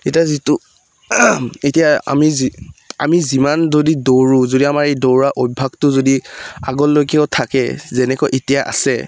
এতিয়া যিটো এতিয়া আমি যি আমি যিমান যদি দৌৰোঁ যদি আমাৰ এই দৌৰা অভ্যাসটো যদি আগৰলৈকেও থাকে যেনেকৈ এতিয়া আছে